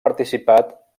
participat